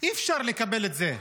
אי-אפשר לקבל את זה.